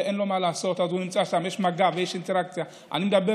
אין לו מה לעשות אז הוא נמצא שם.